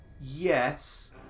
yes